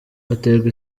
aterwa